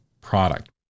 product